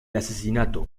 asesinato